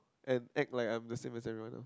and act like I am the same as everyone else